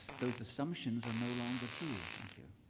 those assumptions are no longer true? thank you.